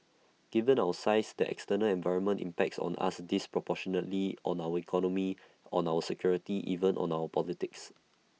given our size the external environment impacts on us disproportionately on our economy on our security even on our politics